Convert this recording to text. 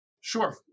Sure